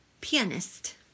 pianist